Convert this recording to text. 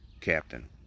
Captain